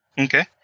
Okay